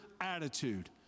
attitude